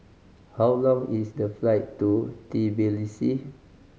how long is the flight to Tbilisi